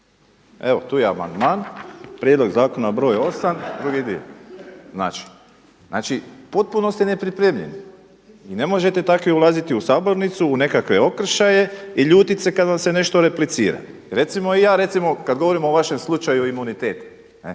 Evo, tu je amandman, prijedlog zakona br. 8, drugi dio. Znači potpuno ste nepripremljeni i ne možete takvi ulaziti u sabornicu u nekakve okršaje i ljutiti se kada vam se nešto replicira. I recimo i ja recimo kada govorim o vašem imunitet.